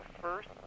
first